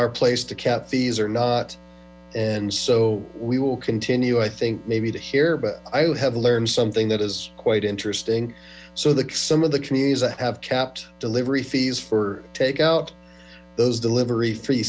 our place to cap fees or not and so we will continue i think maybe to here but i have learned something that is quite interesting so the some of the communities i have capped delivery fees for take out those delivery free